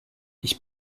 ich